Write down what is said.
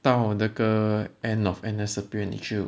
到那个 end of N_S 了你就